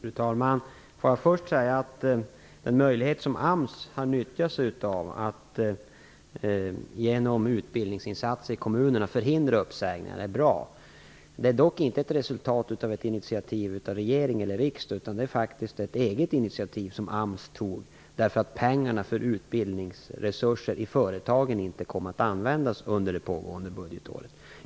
Fru talman! Jag vill först säga att den möjlighet som AMS har utnyttjat sig av - att genom utbildningsinsatser i kommunerna förhindra uppsägningar - är bra. Den är dock inte ett resultat av ett initiativ från regering eller riksdag, utan det är faktiskt ett eget initiativ som AMS tog därför att pengarna för utbildningsresurser i företagen inte kom att användas under det pågående budgetåret.